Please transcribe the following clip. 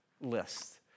list